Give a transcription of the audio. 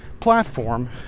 platform